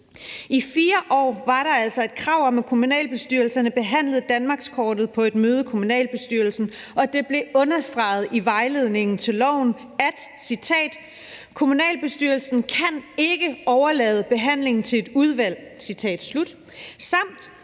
I 4 år var der altså et krav om, at kommunalbestyrelserne behandlede danmarkskortet på et møde i kommunalbestyrelsen, og i vejledningen til loven blev følgende understreget: »Kommunalbestyrelsen kan ikke overlade behandlingen til et udvalg«. Yderligere